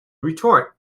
retort